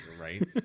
Right